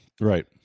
Right